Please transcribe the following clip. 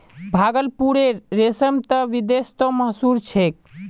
भागलपुरेर रेशम त विदेशतो मशहूर छेक